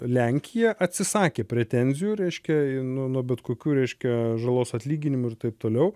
lenkija atsisakė pretenzijų reiškia nuo nuo bet kokių reiškia žalos atlyginimo ir taip toliau